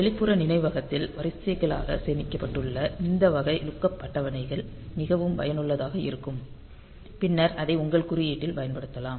வெளிப்புற நினைவகத்தில் வரிசைகளாக சேமிக்கப்பட்டுள்ள இந்த வகை லுக்கப் அட்டவணைகள் மிகவும் பயனுள்ளதாக இருக்கும் பின்னர் அதை உங்கள் குறியீட்டில் பயன்படுத்தலாம்